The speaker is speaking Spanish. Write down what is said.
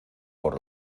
por